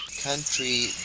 country